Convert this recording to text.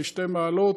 בשתי מעלות.